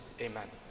Amen